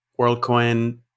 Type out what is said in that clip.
WorldCoin